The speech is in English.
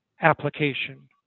application